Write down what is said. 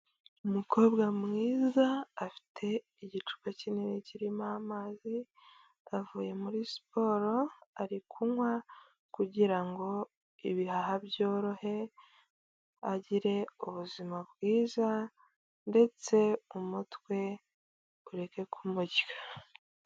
Umukobwa mwiza afite igicupa kinini kirimo amazi avuye muri siporo, ari kunywa kugira ngo ibihaha byorohere agire ubuzima bwiza ndetse umutwe ureke kumurya.